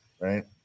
right